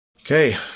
okay